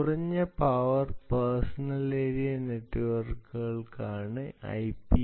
കുറഞ്ഞ power personal area നെറ്റ്വർക്കുകൾക്കാണ് IPV6